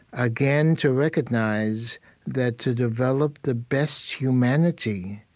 again, to recognize that to develop the best humanity,